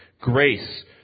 grace